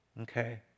Okay